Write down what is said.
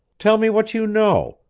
tell me what you know,